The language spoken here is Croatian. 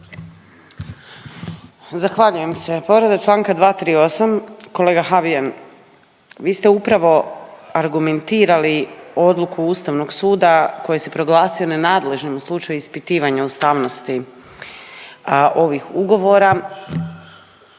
Zahvaljujem se. Povreda članka 238. Kolega Habijan vi ste upravo argumentirali odluku Ustavnog suda koji se proglasio nenadležnim u slučaju ispitivanja ustavnosti ovih ugovora